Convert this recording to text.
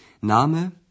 Name